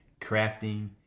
crafting